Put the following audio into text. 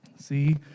See